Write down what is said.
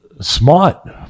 smart